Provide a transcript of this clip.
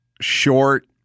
short